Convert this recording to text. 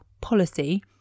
policy